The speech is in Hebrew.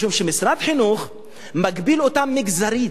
משום שמשרד החינוך מגביל אותם מגזרית.